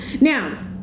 Now